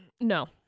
No